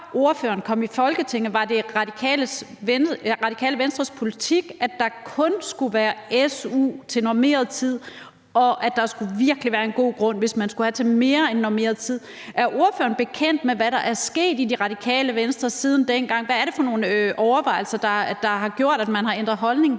før ordføreren kom i Folketinget, var det Radikale Venstres politik, at der kun skulle være su til normeret tid, og at der virkelig skulle være en god grund, hvis man skulle have til mere end normeret tid. Er ordføreren bekendt med, hvad der er sket i Radikale Venstre siden dengang? Hvad er det for nogle overvejelser, der har gjort, at man har ændret holdning?